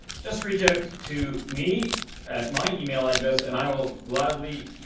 just reach out to me at my email address and i will gladly